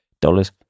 dollars